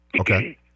Okay